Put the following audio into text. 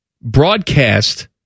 broadcast